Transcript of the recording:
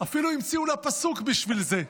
אפילו המציאו לה פסוק בשביל זה.